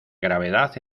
gravedad